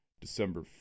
December